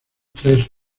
tres